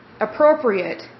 Appropriate